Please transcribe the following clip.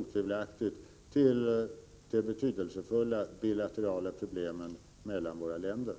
otvivelaktigt hör till de betydelsefulla bilaterala problemen mellan våra länder.